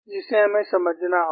जिसे हमें समझना होगा